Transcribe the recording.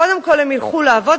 קודם כול הם ילכו לעבוד,